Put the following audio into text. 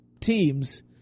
teams